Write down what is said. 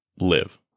live